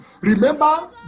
Remember